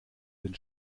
den